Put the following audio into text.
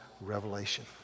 revelation